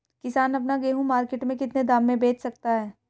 किसान अपना गेहूँ मार्केट में कितने दाम में बेच सकता है?